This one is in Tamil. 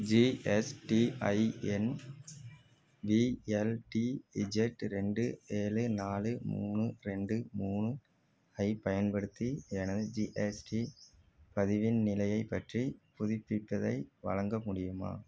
GSTIN V L D Z ரெண்டு ஏழு நாலு மூணு ரெண்டு மூணு ஐப் பயன்படுத்தி எனது ஜிஎஸ்டி பதிவின் நிலையைப் பற்றி புதுப்பிப்பதை வழங்க முடியுமா